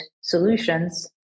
solutions